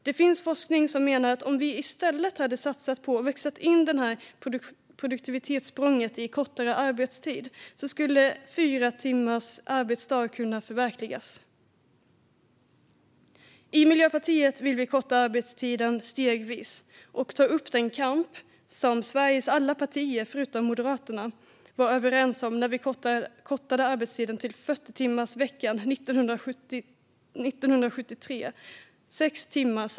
Det finns forskning som menar att om vi i stället hade satsat på att växla in produktivitetssprånget i kortare arbetstid skulle fyra timmars arbetsdag ha kunnat förverkligas. I Miljöpartiet vill vi korta arbetstiden stegvis till sex timmars arbetsdag och ta upp den kamp som Sveriges alla partier utom Moderaterna var överens om när arbetstiden kortades till 40-timmarsvecka 1973.